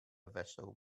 vessel